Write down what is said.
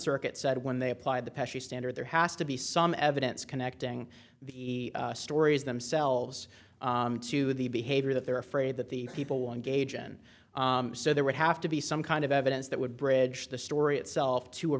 circuit said when they apply the pressure standard there has to be some evidence connecting the stories themselves to the behavior that they're afraid that the people will engage in so there would have to be some kind of evidence that would bridge the story itself to a